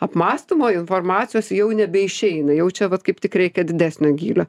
apmąstymo informacijos jau nebeišeina jaučia vat kaip tik reikia didesnio gylio